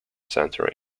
center